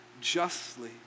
justly